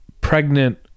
pregnant